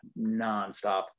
nonstop